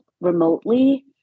remotely